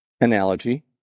analogy